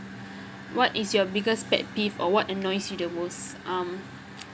what is your biggest pet peeve or what annoys you the most um